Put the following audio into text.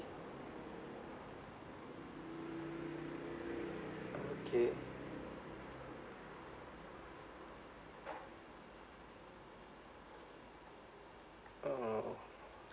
okay oh